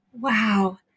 Wow